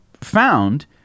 found